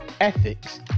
Ethics